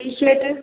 T shirt